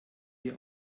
wir